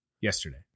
Yesterday